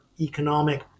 economic